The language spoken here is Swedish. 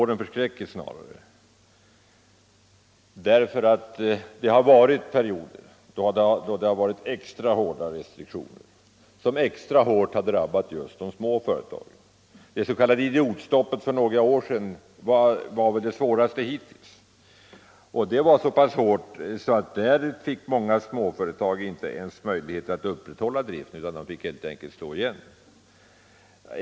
Det har funnits perioder då det har varit extra hårda kreditrestriktioner, som särskilt hårt har drabbat just de små företagen. Det s.k. idiotstoppet för några år sedan var väl den svåraste restriktionen hittills. Den var så pass hård heter till upplåning utomlands för mindre och medelstora företag att många småföretag inte ens hade möjlighet att upprätthålla driften utan helt enkelt fick slå igen.